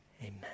Amen